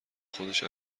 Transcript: خودش